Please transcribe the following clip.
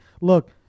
look